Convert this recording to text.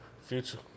Future